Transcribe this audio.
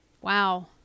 wow